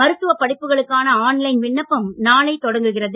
மருத்துவப் படிப்புகளுக்கான online விண்ணப்பம் நாளை தொடங்குகிறது